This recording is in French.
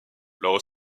leur